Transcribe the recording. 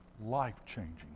life-changing